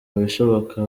bishoboka